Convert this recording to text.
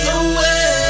away